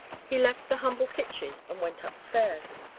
he left the humble kitchen and went up-stairs.